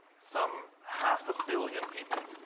some half a billion people,